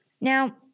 Now